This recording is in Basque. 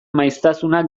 maiztasuna